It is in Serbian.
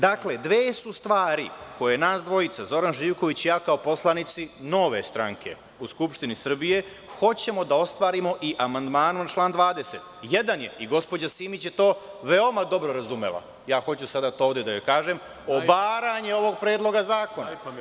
Dakle, dve su stvari koje nas dvojica, Zoran Živković i ja kao poslanici Nove stranke u Skupštini Srbije, hoćemo da ostvarimo i amandmanom na član 20, jedan je, i gospođa Simić je to veoma dobro razumela, hoću sada to ovde da joj kažem, obaranje ovog predloga zakona.